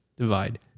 divide